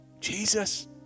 Jesus